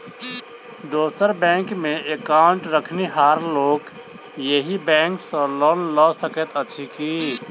दोसर बैंकमे एकाउन्ट रखनिहार लोक अहि बैंक सँ लोन लऽ सकैत अछि की?